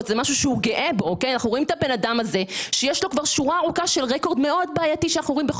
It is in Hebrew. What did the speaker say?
אנחנו רוצים שיהיה כמה שיותר ניתוק בין מי ששולט בגוף